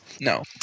No